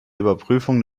überprüfung